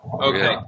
Okay